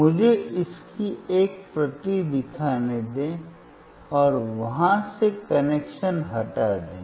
मुझे इसकी एक प्रति दिखाने दें और वहां से कनेक्शन हटा दें